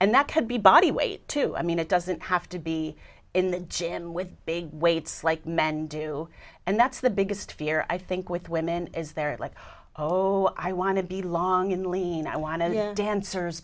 and that could be body weight too i mean it doesn't have to be in the gym with big weights like men do and that's the biggest fear i think with women is they're like oh i want to be long and lean i want to dancers